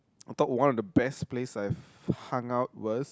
I thought one of the best place I've hung out was